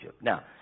Now